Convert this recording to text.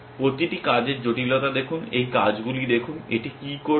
প্রতিটি কাজের জটিলতা দেখুন এই কাজগুলি দেখুন এটি কী করছেন